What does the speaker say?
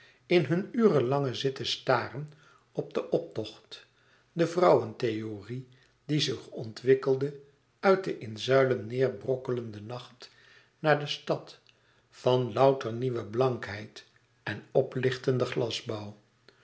in hun ure lange zitten staren op den optocht de vrouwentheorie die zich ontwikkelde uit den in zuilen neêrbrokkelenden nacht naar de stad van louter nieuwe blankheid en plichtenden